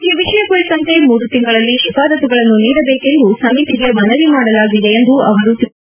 ಈ ವಿಷಯ ಕುರಿತಂತೆ ಮೂರು ತಿಂಗಳಲ್ಲಿ ಶಿಫಾರಸ್ತುಗಳನ್ನು ನೀಡಬೇಕೆಂದು ಸಮಿತಿಗೆ ಮನವಿ ಮಾಡಲಾಗಿದೆ ಎಂದು ಅವರು ತಿಳಿಸಿದ್ದಾರೆ